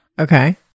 Okay